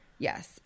Yes